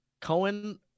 Cohen